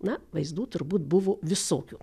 na vaizdų turbūt buvo visokių